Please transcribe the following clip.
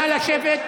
נא לשבת.